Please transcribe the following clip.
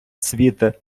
цвіте